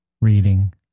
reading